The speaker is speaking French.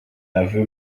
aveu